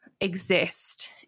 exist